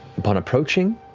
upon approaching,